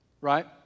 Right